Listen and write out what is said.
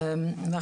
אנחנו נכנס למשבר.